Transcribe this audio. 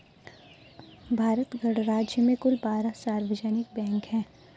भारत गणराज्य में कुल बारह सार्वजनिक बैंक हैं